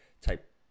type